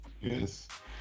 yes